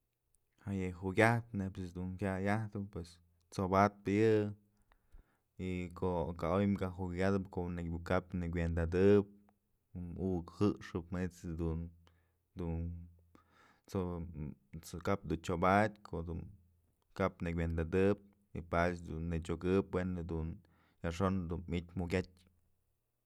Ja'a yë jukyajtë neyb ëjt's dun jaya'ay ajtëm pues t'sobadpë yë y ko'o ka oy jukyatëp ko'o kap nëkuendadëb muk jëxëp manyt's jedun dun t'so kap dun chobatyë ko'o dun kap nëkuendadëb padyë dun nëchokëp we'e dun yajxon mi'ityë mukyatyë.